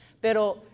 Pero